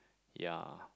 ya